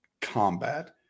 combat